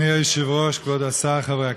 אדוני היושב-ראש, כבוד השר, חברי הכנסת,